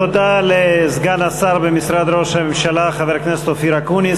תודה לסגן השר במשרד ראש הממשלה חבר הכנסת אופיר אקוניס,